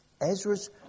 Ezra's